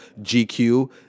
GQ